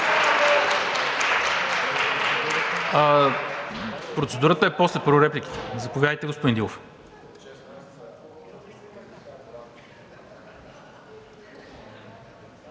Процедурата е после, първо репликите. Заповядайте, господин Дилов.